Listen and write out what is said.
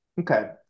okay